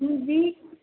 ہوں جی